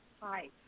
Hi